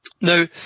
Now